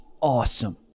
awesome